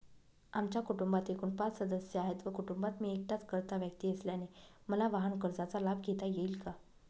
आमच्या कुटुंबात एकूण पाच सदस्य आहेत व कुटुंबात मी एकटाच कर्ता व्यक्ती असल्याने मला वाहनकर्जाचा लाभ घेता येईल का?